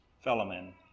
fellowmen